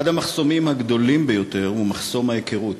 אחד המחסומים הגדולים ביותר הוא מחסום ההיכרות,